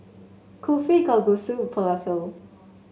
Kulfi Kalguksu Falafel